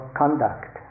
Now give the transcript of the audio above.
conduct